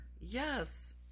Yes